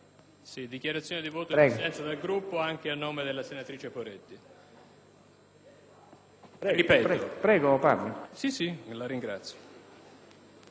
Poretti. L'argomento centrale che ci ha portati a